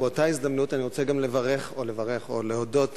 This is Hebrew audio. באותה הזדמנות אני גם רוצה לברך, או להודות,